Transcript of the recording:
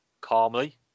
calmly